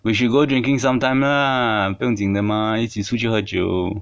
we should go drinking some time lah 不要紧的吗一起出去喝酒